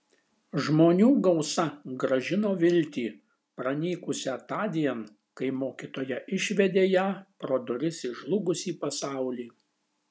žmonių gausa grąžino viltį pranykusią tądien kai mokytoja išvedė ją pro duris į žlugusį pasaulį